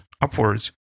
upwards